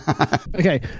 Okay